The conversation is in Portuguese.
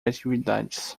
atividades